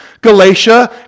Galatia